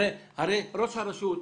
הרי ראש הרשות,